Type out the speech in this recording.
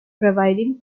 providing